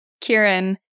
Kieran